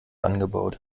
angebaut